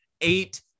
eight